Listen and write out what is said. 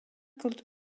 could